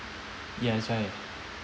ya that's why